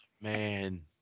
man